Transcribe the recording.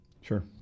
Sure